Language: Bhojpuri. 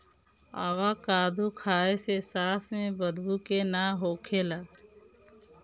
अवाकादो खाए से सांस में बदबू के ना होखेला